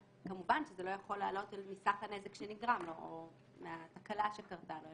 כמובן שזה לא יכול לעלות על סך הנזק שנגרם לו או על התקלה שקרתה לו,